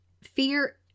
Fear